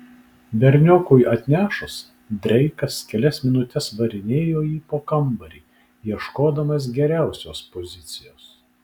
berniokui atnešus dreikas kelias minutes varinėjo jį po kambarį ieškodamas geriausios pozicijos